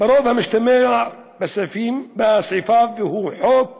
ברוב המשתמע מסעיפיו, והוא חוק